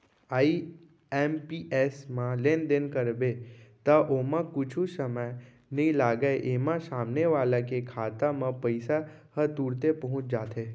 IMPS म लेनदेन करबे त ओमा कुछु समय नइ लागय, एमा सामने वाला के खाता म पइसा ह तुरते पहुंच जाथे